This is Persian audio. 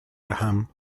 دهم